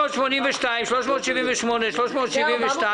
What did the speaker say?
פניות מס' 365 372, 378 ו-382.